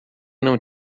não